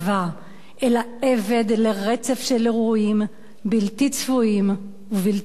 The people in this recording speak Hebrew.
אלא עבד לרצף של אירועים בלתי צפויים ובלתי נשלטים.